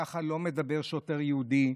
כך לא מדבר שוטר יהודי.